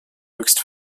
höchst